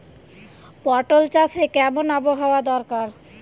পটল চাষে কেমন আবহাওয়া দরকার?